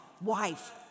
wife